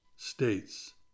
states